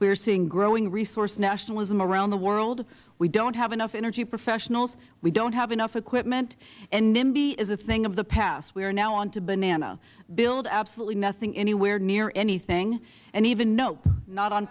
are seeing growing resource nationalism around the world we don't have enough energy professionals we don't have enough equipment and nimby is a thing of the past we are now on to banana build absolutely nothing anywhere near anything and even nope not on